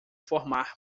formar